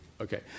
Okay